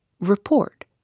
Report